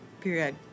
Period